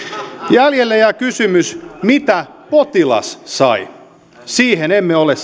jäljelle jää kysymys mitä potilas sai siihen emme ole